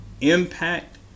impact